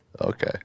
Okay